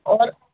और